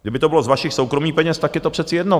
Kdyby to bylo z vašich soukromých peněz, tak je to přece jedno.